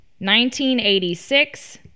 1986